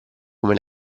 come